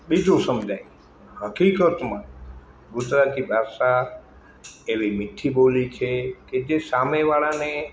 બીજું સમજાય હકીકતમાં ગુજરાતી ભાષા એવી મીઠી બોલી છે કે જે સામેવાળાને